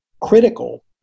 critical